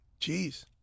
Jeez